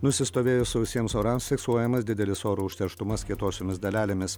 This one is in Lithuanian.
nusistovėjus sausiems orams fiksuojamas didelis oro užterštumas kietosiomis dalelėmis